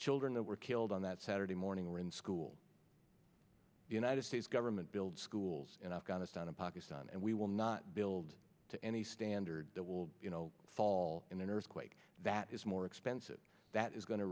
children that were killed on that saturday morning were in school the united states government build schools in afghanistan and pakistan and we will not build to any standard that will fall in an earthquake that is more expensive that is going to